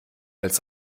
als